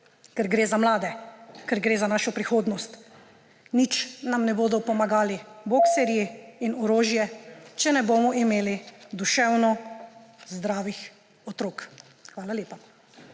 Ker gre za mlade, ker gre za našo prihodnost! Nič nam ne bodo pomagali boxerji in orožje, če ne bomo imeli duševno zdravih otrok. Hvala lepa.